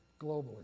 globally